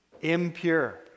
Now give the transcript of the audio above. impure